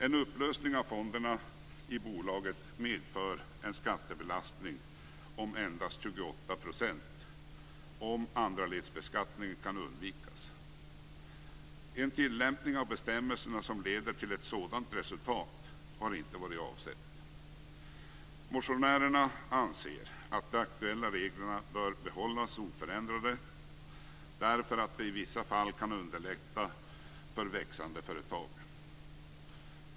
En upplösning av fonderna i bolaget medför en skattebelastning om endast 28 %, om andraledsbeskattning kan undvikas. En tillämpning av bestämmelserna som leder till ett sådant resultat har inte varit avsedd. Motionärerna anser att de aktuella reglerna bör behållas oförändrade därför att de i vissa fall kan underlätta för växande företag.